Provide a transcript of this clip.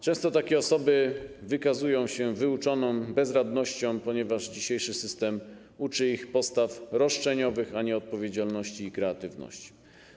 Często takie osoby wykazują się wyuczoną bezradnością, ponieważ dzisiejszy system uczy ich postaw roszczeniowych, a nie odpowiedzialności i kreatywności.